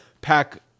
pack